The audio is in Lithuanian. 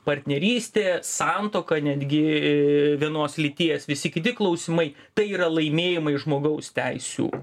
partnerystė santuoka netgi vienos lyties visi kiti klausimai tai yra laimėjimai žmogaus teisių